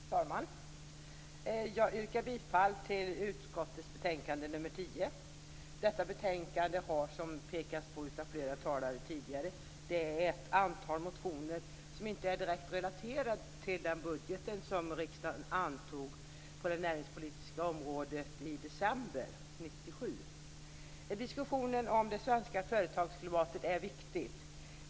Fru talman! Jag yrkar bifall till hemställan i utskottets betänkande nr 10. Detta betänkande grundar sig - som har påpekats här tidigare - på ett antal motioner som inte är direkt relaterade till den budget som riksdagen antog för det näringspolitiska området i december 1997. Diskussionen om det svenska företagsklimatet är viktig.